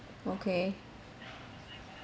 okay